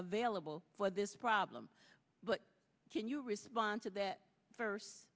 available for this problem but can you respond to that first